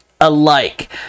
alike